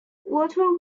water